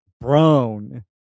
brown